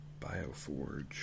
Bioforge